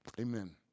Amen